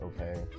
okay